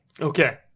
Okay